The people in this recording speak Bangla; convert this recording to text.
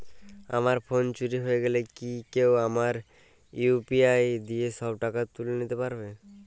আমার ফোন চুরি হয়ে গেলে কি কেউ আমার ইউ.পি.আই দিয়ে সব টাকা তুলে নিতে পারবে?